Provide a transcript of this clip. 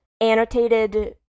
annotated